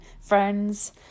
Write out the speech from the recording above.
friends